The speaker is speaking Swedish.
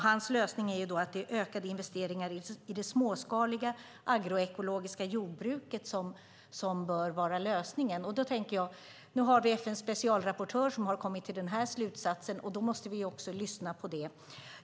Hans lösning är ökade investeringar i det småskaliga agroekologiska jordbruket. Då tänker jag: Nu har vi FN:s specialrapportör som har kommit till den här slutsatsen, och då måste vi också lyssna på det.